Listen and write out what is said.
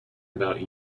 about